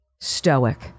stoic